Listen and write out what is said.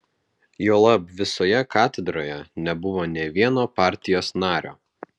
juolab visoje katedroje nebuvo nė vieno partijos nario